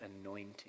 anointing